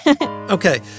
Okay